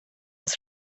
els